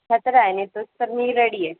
तर आहेय न तोच तर मी रेडी आहे